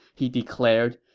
he declared.